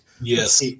Yes